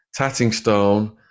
Tattingstone